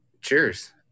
Cheers